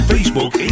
Facebook